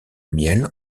miel